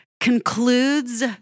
concludes